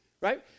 right